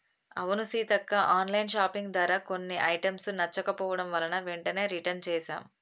అవును Seethakka online shopping ధర కొన్ని ఐటమ్స్ నచ్చకపోవడం వలన వెంటనే రిటన్ చేసాం